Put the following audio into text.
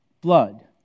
Blood